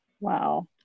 Wow